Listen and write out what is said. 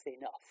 enough